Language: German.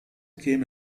käme